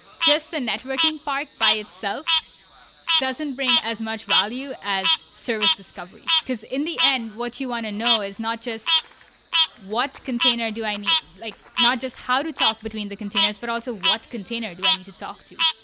just the networking part by itself doesn't bring as much value as service discovery, because in the end what you want to know is not just what container do i need like now just now to talk between the containers, but also what container do i need to talk to.